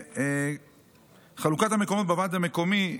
חלוקת המקומות בוועד המקומי,